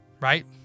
right